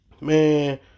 man